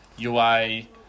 UI